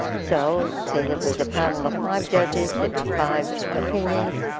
so say there was a panel of five judges there'd be five opinions,